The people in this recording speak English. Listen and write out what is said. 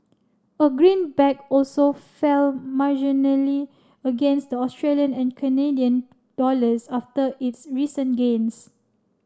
a greenback also fell marginally against Australian and Canadian dollars after its recent gains